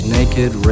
naked